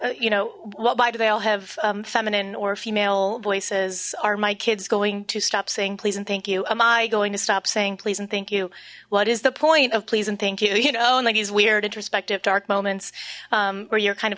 like you know what why do they all have feminine or female voices are my kids going to stop saying please and thank you am i going to stop saying please and thank you what is the point of please and thank you you know and like he's weird introspective dark moments where you're kind of